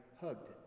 hugged